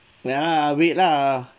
ya lah wait lah